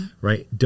Right